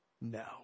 No